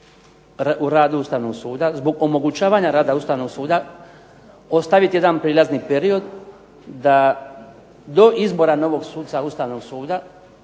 u radu Ustavnog suda zbog omogućavanja rada Ustavnog suda ostaviti jedan prijelazni period, da do izbora novog suca Ustavnog suda